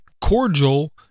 cordial